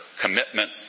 commitment